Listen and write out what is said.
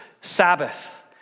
Sabbath